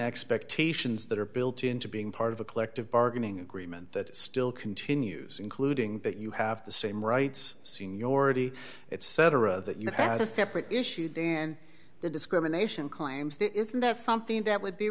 expectations that are built into being part of a collective bargaining agreement that still continues including that you have the same rights seniority it cetera that you have has a separate issue and the discrimination claims there isn't that something that would be